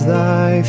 Thy